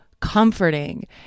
Comforting